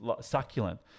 succulent